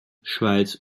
schweiz